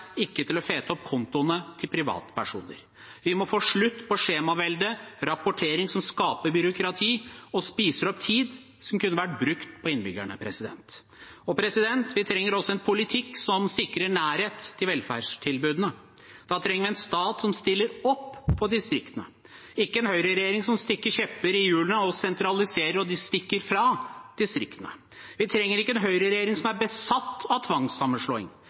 ikke til å fete opp kontoene til privatpersoner. Vi må få slutt på skjemavelde, rapportering som skaper byråkrati og spiser opp tid som kunne vært brukt på innbyggerne. Vi trenger også en politikk som sikrer nærhet til velferdstilbudene. Da trenger vi en stat som stiller opp for distriktene, ikke en høyreregjering som stikker kjepper i hjulene og sentraliserer og stikker fra distriktene. Vi trenger ikke en høyreregjering som er besatt av tvangssammenslåing.